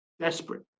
desperate